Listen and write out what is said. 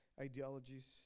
ideologies